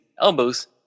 elbows